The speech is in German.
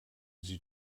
sie